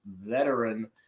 veteran